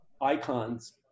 icons